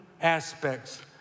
aspects